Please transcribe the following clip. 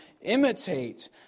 imitate